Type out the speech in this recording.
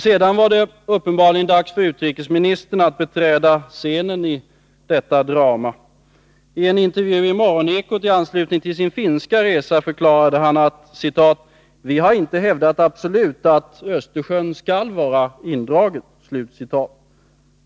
Sedan var det uppenbarligen dags för utrikesministern att beträda scenen i detta drama. I en intervju i morgonekot i anslutning till sin finska resa förklarade han: Vi har inte hävdat absolut att Östersjön skall vara indraget.